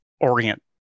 orient